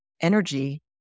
energy